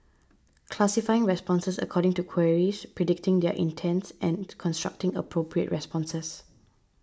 classifying responses according to queries predicting their intents and constructing appropriate responses